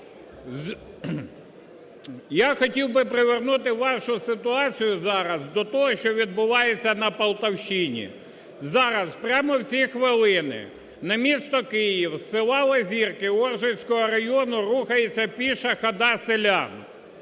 Я хотів би привернути вашу ситуацію зараз до того, що відбувається на Полтавщині. Зараз, прямо в ці хвилини, на місто Київ з села Лазірки Оржицького району рухається піша хода селян.